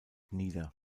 nieder